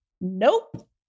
Nope